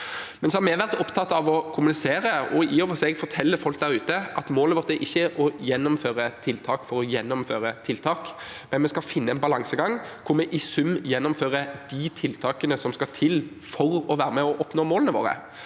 Vi har vært opptatt av å kommunisere og i og for seg fortelle folk der ute at målet vårt ikke er å gjennomføre tiltak for å gjennomføre tiltak. Vi skal finne en balansegang hvor vi i sum gjennomfører de tiltakene som skal til for å oppnå målene våre.